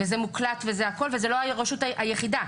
וזה מוקלט וזו לא הרשות היחידה.